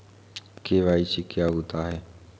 KYC क्या होता है?